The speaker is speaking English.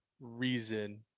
reason